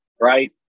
right